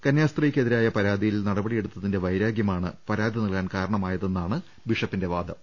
കന്യാസ്ത്രീക്കെതിരായ പരാതിയിൽ നടപടിയെടുത്തിന്റെ വൈരാഗൃമാണ് പരാതി നൽകാൻ കാരണമായതെന്നാണ് ബിഷപ്പിന്റെ വാദം